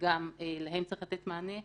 וגם להם צריך לתת מענה.